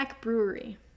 brewery